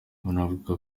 banavuga